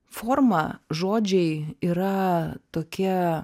forma žodžiai yra tokie